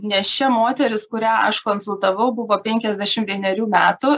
nėščia moteris kurią aš konsultavau buvo penkiasdešim vienerių metų